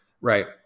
right